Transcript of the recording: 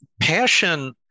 passion